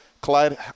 Clyde